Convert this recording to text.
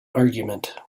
argument